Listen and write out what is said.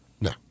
No